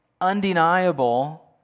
undeniable